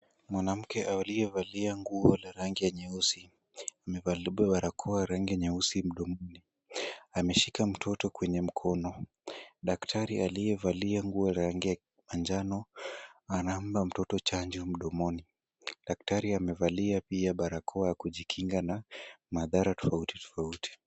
Mwanamke aliyevalia nguo la rangi ya nyeusi. Amevalia barakoa ya rangi ya nyeusi mdomoni. Ameshika mtoto kwenye mkono. Daktari aliyevalia nguo rangi ya njano, anampa mtoto chanjo mdomoni. Daktari amevalia pia barakoa kujikinga na madhara tofauti tofauti.